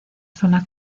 zona